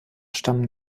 stammen